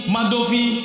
Madovi